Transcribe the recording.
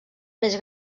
més